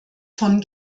von